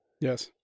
Yes